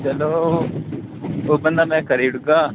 चलो ओह् बन्दा मैं करी ओड़गा